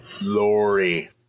Lori